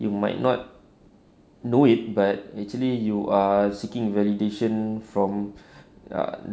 it might not know it but actually you are seeking validation from ah